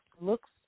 Looks